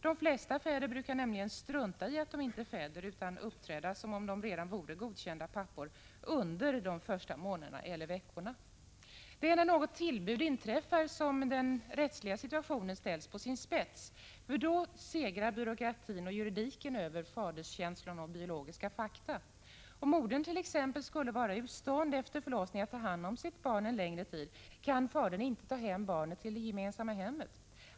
De flesta fäder brukar nämligen strunta i att de inte är fäder, utan uppträda som om de redan vore godkända pappor under de första månaderna eller veckorna. Det är när något tillbud inträffar som den rättsliga situationen ställs på sin spets, för då segrar byråkratin och juridiken över faderskänslorna och biologiska fakta. Om modernt.ex. skulle vara ur stånd efter förlossningen att ta hand om sitt barn en längre tid, kan fadern inte ta hem barnet till det gemensamma hemmet.